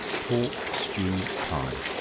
pork stew pie.